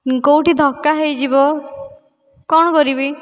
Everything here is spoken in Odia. କେଉଁଠି ଧକ୍କା ହୋଇଯିବ କ'ଣ କରିବି